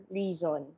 reason